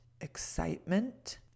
excitement